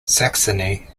saxony